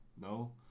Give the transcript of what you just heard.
No